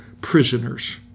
prisoners